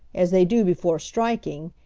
as they do before striking,